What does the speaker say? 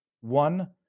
one